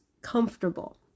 comfortable